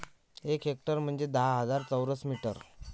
एक हेक्टर म्हंजे दहा हजार चौरस मीटर